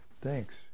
Thanks